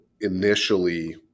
initially